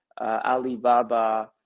Alibaba